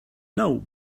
know